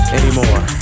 anymore